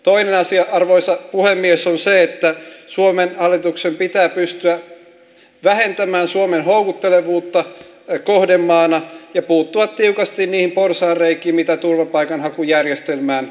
toinen asia arvoisa puhemies on se että suomen hallituksen pitää pystyä vähentämään suomen houkuttelevuutta kohdemaana ja puuttua tiukasti niihin porsaanreikiin mitä turvapaikanhakujärjestelmään vielä liittyy